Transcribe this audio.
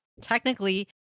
technically